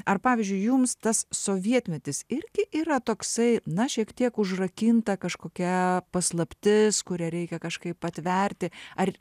ar pavyzdžiui jums tas sovietmetis irgi yra toksai na šiek tiek užrakinta kažkokia paslaptis kurią reikia kažkaip atverti ar